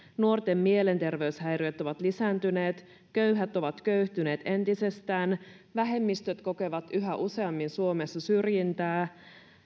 nuorten mielenterveyshäiriöt ovat lisääntyneet köyhät ovat köyhtyneet entisestään vähemmistöt kokevat yhä useammin suomessa syrjintää